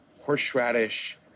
horseradish